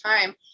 time